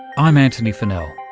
i'm antony funnell